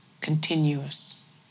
continuous